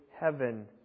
heaven